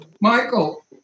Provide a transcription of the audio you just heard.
Michael